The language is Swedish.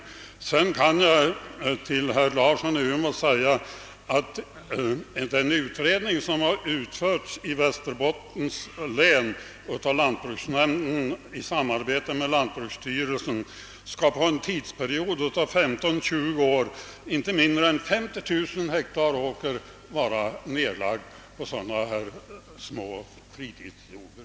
Till herr Larsson i Umeå kan jag vidare säga att enligt en utredning, som utförts i Västerbottens län av lantbruksnämnden i samarbete med lantbruksstyrelsen, kommer inte mindre än 50 000 hektar åker av sådana här små »fritidsjordbruk» att vara nedlagda inom en tidsperiod av 15—20 år.